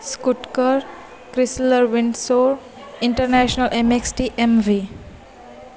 स्कुटकर Chrysler Windsor international M X T M V